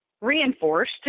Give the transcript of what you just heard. reinforced